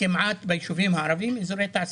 ביישובים הערביים אין כמעט אזורי תעשייה.